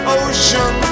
ocean